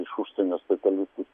iš užsienio specialistus